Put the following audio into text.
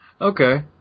Okay